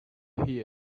here